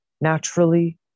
naturally